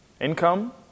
Income